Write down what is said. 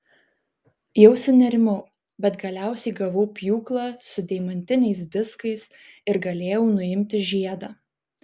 jau sunerimau bet galiausiai gavau pjūklą su deimantiniais diskais ir galėjau nuimti žiedą